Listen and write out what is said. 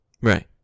Right